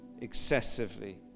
excessively